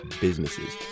businesses